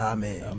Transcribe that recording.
Amen